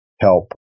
help